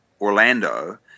Orlando